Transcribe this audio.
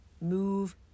move